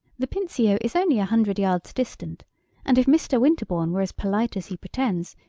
the pincio is only a hundred yards distant and if mr. winterbourne were as polite as he pretends,